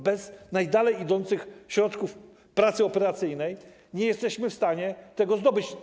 Bez najdalej idących środków pracy operacyjnej nie jesteśmy w stanie tego zdobyć.